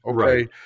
Okay